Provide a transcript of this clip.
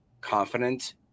confident